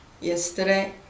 yesterday